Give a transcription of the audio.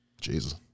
Jesus